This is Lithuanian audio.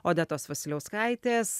odetos vasiliauskaitės